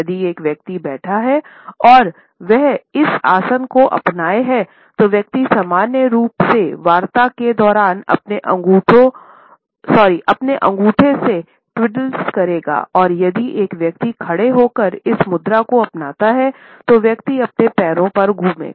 यदि एक व्यक्ति बैठा हैऔर वह इस आसन को अपनाया है तो व्यक्ति सामान्य रूप वार्ता के दौरान अपने अंगूठे से ट्विड्डल करेगा और यदि एक व्यक्ति खड़े होकर इस मुद्रा को अपनाने हैतो व्यक्ति अपने पैरों पर घूमेगा